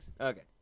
Okay